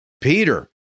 Peter